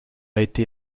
été